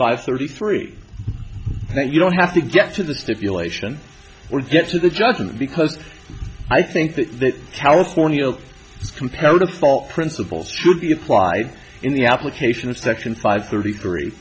five thirty three then you don't have to get to the stipulation or get to the judgment because i think that california is comparative fault principles should be applied in the application of section five thirty three